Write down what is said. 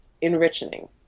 enriching